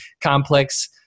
complex